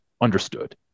understood